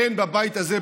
הן בבית הזה,